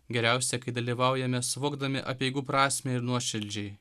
geriausia kai dalyvaujame suvokdami apeigų prasmę ir nuoširdžiai